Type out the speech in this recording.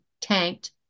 tanked